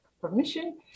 permission